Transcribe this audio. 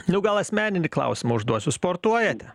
nu gal asmeninį klausimą užduosiu sportuojate